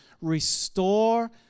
restore